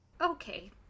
Okay